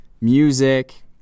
music